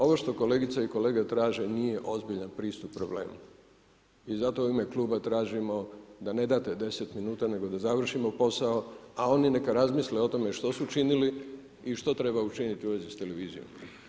Ovo što kolegice i kolege traže nije ozbiljan pristup problemu i zato u ime kluba tražimo da ne date 10 minuta, nego da završimo posao, a oni neka razmisle o tome što su činili i što trebaju učiniti u vezi s televizijom.